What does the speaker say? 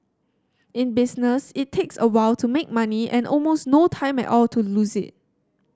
in business it takes a while to make money and almost no time at all to lose it